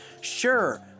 Sure